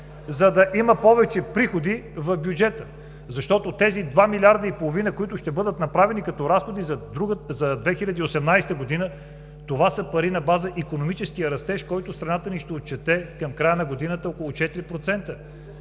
за да има повече приходи в бюджета? Защото тези 2,5 милиарда, които ще бъдат направени като разходи за 2018 г., това са пари на база икономически растеж, който страната ни ще отчете към края на годината – около 4%.